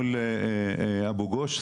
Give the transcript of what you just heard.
מול אבו גוש.